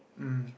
mm